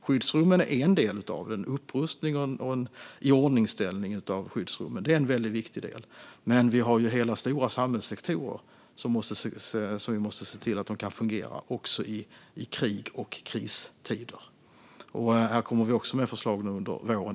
Skyddsrummen och upprustning och iordningsställande av dessa är en viktig del, men vi har stora samhällssektorer som också måste fungera i krigs och kristider. Vi kommer med förslag under våren.